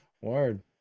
Word